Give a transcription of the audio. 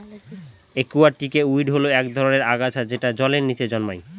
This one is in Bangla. একুয়াটিকে উইড হল এক ধরনের আগাছা যেটা জলের নীচে জন্মায়